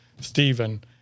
Stephen